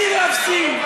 אני ואפסי.